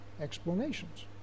explanations